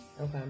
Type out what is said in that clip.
okay